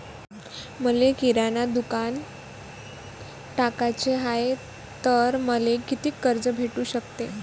मले किराणा दुकानात टाकाचे हाय तर मले कितीक कर्ज भेटू सकते?